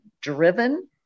driven